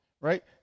Right